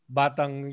batang